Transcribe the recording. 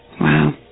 Wow